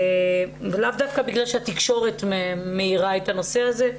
ולאו דווקא בגלל שהתקשורת מאירה את הנושא הזה,